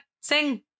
sing